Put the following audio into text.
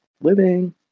Living